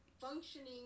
functioning